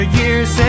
years